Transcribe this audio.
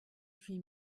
huit